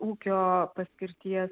ūkio paskirties